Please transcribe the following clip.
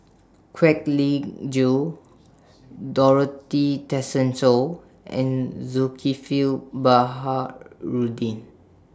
Kwek Leng Joo Dorothy Tessensohn and Zulkifli Baharudin